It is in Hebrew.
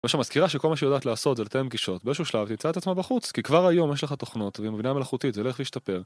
מה שמזכיר לה שכל מה שהיא יודעת לעשות זה לתאם פגישות. באיזשהו שלב היא תמצא את עצמה בחוץ כי כבר היום יש לך תוכנות ובינה מלאכותית זה הולך להשתפר